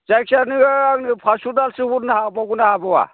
जायखिजाया नोङो आंनो फास्स' दालसो हरनो हाबावगोन ना हाबावा